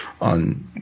on